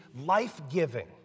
life-giving